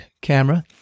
camera